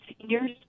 seniors